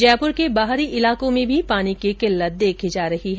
जयपुर के बाहरी इलाकों में भी पानी की किल्लत देखी जा रही है